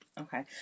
Okay